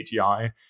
ATI